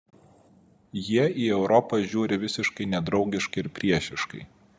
jie į europą žiūri visiškai nedraugiškai ir priešiškai